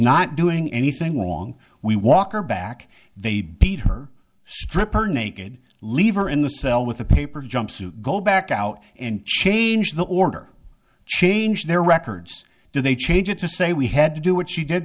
not doing anything wrong we walk her back they beat her strip her naked leave her in the cell with a paper jumpsuit go back out and change the order changed their records do they change it to say we had to do what she did